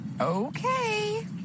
Okay